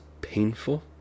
painful